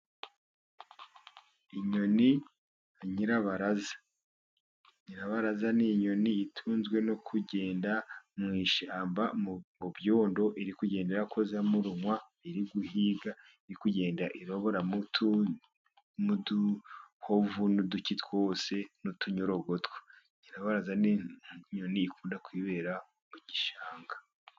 Inyoni ya nyirabaraza. Nyirabaraza ni inyoni itunzwe no kugenda mu ishyamba, mu byondo, iri kugenda irakozamo umunwa, iri guhiga, iri ikugenda iraroboramo uduhovu n'uduki twose n'utunyorogotwa. Nyirabaraza ni inyoni ikunda kwibera mu gishanga.